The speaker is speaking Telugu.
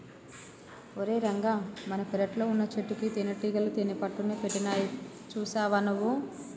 ఓరై రంగ మన పెరట్లో వున్నచెట్టుకి తేనటీగలు తేనెపట్టుని పెట్టినాయి సూసావా నువ్వు